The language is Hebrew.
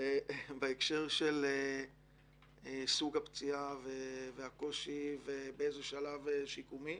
בהקשר של סוג הפציעה והקושי ובאיזה שלב שיקומי,